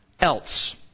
else